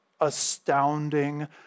astounding